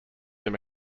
him